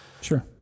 Sure